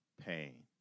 pain